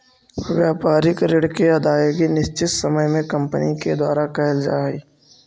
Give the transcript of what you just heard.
व्यापारिक ऋण के अदायगी निश्चित समय में कंपनी के द्वारा कैल जा हई